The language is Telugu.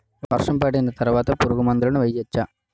వర్షం పడిన తర్వాత పురుగు మందులను వేయచ్చా?